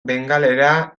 bengalera